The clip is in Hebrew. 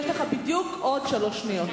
יש לך בדיוק עוד שלוש שניות.